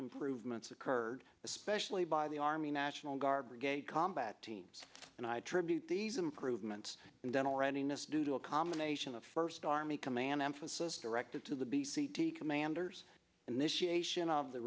improvements occurred especially by the army national guard brigade combat teams and i attribute these improvements in dental readiness due to a combination of first army command emphasis directed to the b c d commander's initiation of the